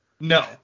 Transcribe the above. No